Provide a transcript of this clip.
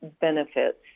benefits